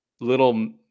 little